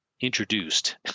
introduced